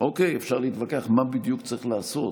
שאפשר להתווכח מה בדיוק צריך לעשות,